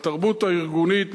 בתרבות הארגונית,